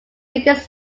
biggest